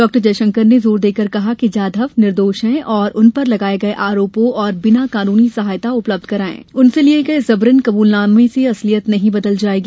डॉ जयशंकर ने जोर देकर कहा कि जाधव निर्दोष हैं और उन पर लगाये आरोपों और बिना कानूनी सहायता उपलब्ध कराये उनसे लिए गए जबरन कबूलनामे से असलियत नहीं बदल जायेगी